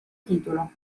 titolo